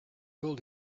able